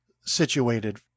situated